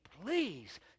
please